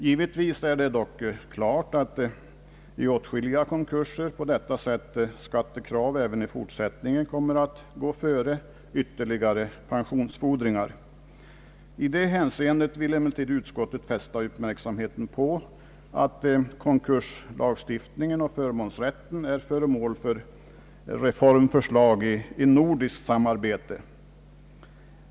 Givetvis är det dock klart att skattekrav på detta sätt även kommer att gå före ytterligare pensions fordringar i åtskilliga konkurser. I det hänseendet vill utskottet emellertid fästa uppmärksamheten på att konkurslagstiftningen och förmånsrätten är föremål för reformförslag i nordiskt samarbete.